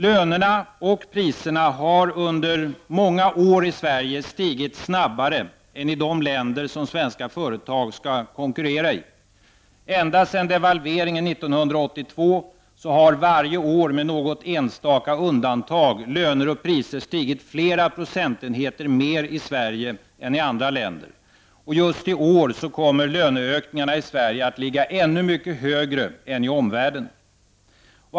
Lönerna och priserna har under många år stigit snabbare i Sverige än i de länder som svenska företag skall konkurrera med. Ända sedan devalveringen 1982 har löner och priser varje år, med något enstaka undantag, stigit flera procentenheter mer i Sverige än i andra länder. Och just i år kommer löneökningarna i Sverige att ligga ännu mycket högre än i omvärlden.